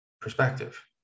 perspective